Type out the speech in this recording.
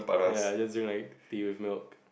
ya it is like tea with milk